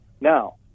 Now